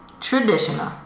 traditional